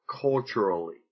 culturally